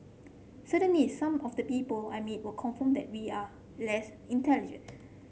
certainly some of the people I meet will confirm that we are less intelligent